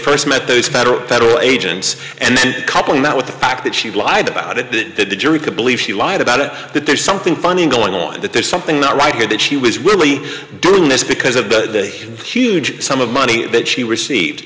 first met those federal federal agents and coupling that with the fact that she lied about it that the jury could believe she lied about it that there's something funny going on that there's something not right here that she was really doing this because of the huge sum of money that she received